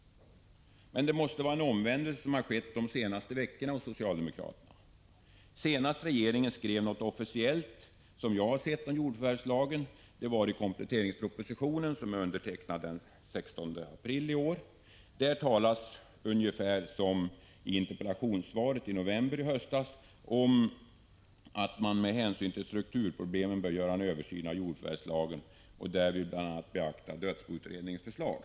Men det måste vara en omvändelse bland socialdemokraterna som har skett de senaste veckorna. Senast regeringen skrev något officiellt, som jag har sett, om jordförvärvslagen var i kompletteringspropositionen, som är undertecknad den 16 april i år. Där talas på ungefär samma sätt som i interpellationssvaret från november förra året om att man med hänsyn till strukturproblemen bör göra en översyn om jordförvärvslagen och därvid bl.a. beakta dödsboutredningens förslag.